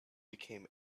became